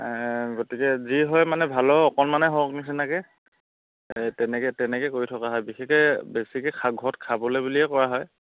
গতিকে যি হয় মানে ভালে অকণমানে হওক নিচিনাকৈ এই তেনেকৈ তেনেকৈ কৰি থকা হয় বিশেষকৈ বেছিকৈ ঘৰত খাবলৈ বুলিয়ে কৰা হয়